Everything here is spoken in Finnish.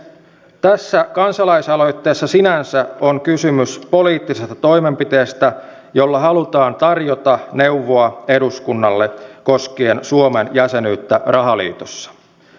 tässä kansalaisaloitteessa sinänsä on kysymys poliittisesta toimenpiteestä jolla halutaan tarjota neuvoa eduskunnalle koskien suomen jäsenyyttä rahaliitossa